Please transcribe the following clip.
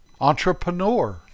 entrepreneur